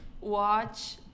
watch